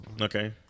Okay